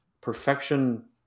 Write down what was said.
Perfection